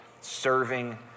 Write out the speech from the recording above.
serving